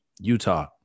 Utah